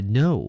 no